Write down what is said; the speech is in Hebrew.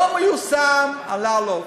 לא מיושם, דוח אלאלוף.